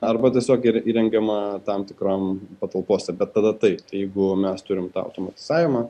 arba tiesiog yra įrengiama tam tikram patalpose bet tada taip tai jeigu mes turim tą automatizavimą